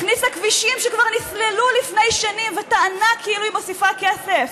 הכניסה כבישים שכבר נסללו לפני שנים וטענה כאילו היא מוסיפה כסף.